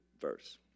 verse